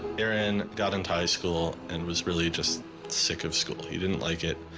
aaron got into high school, and was really just sick of school he didn't like it,